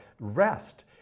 rest